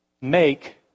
make